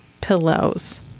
pillows